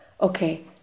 Okay